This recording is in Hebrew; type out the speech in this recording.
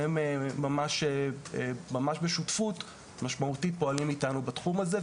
והם פועלים איתנו ממש בשותפות משמעותית בתחום הזה,